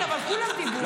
כן, אבל כולם דיברו.